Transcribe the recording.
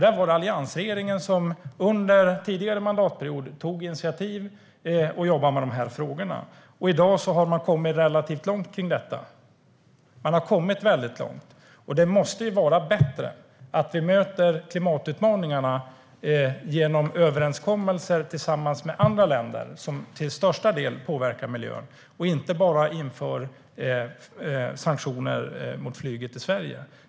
Det var alliansregeringen som under en tidigare mandatperiod tog initiativ och jobbade med de här frågorna, och i dag har man kommit relativt långt med detta. Man har kommit väldigt långt, och det måste ju vara bättre att vi möter klimatutmaningarna genom överenskommelser med andra länder, som till största delen påverkar miljön, och inte bara genom att införa sanktioner mot flyget i Sverige.